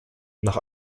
nach